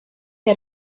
had